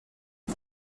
les